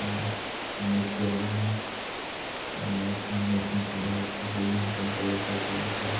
मिरच्या वाटणी मशीनसुद्धा उपलब्ध घेऊन त्यांचा व्यवसाय तयार करू